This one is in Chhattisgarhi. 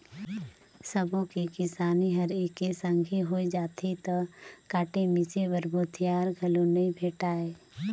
सबो के किसानी हर एके संघे होय जाथे त काटे मिसे बर भूथिहार घलो नइ भेंटाय